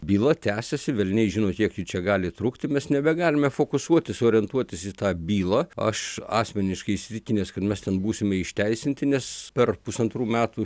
byla tęsiasi velniai žino kiek ji čia gali trukti mes nebegalime fokusuotis orientuotis į tą bylą aš asmeniškai įsitikinęs kad mes ten būsime išteisinti nes per pusantrų metų